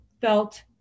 felt